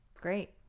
Great